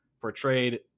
portrayed